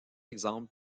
exemple